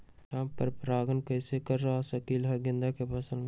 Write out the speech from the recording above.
हम पर पारगन कैसे करवा सकली ह गेंदा के फसल में?